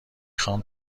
خوام